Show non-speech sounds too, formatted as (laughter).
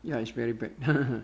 ya it's very bad (laughs)